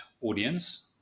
audience